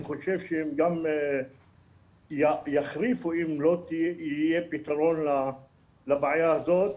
חושב שהם גם יחריפו אם לא יהיה פתרון לבעיה הזאת,